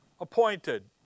Appointed